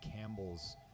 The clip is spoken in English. Campbell's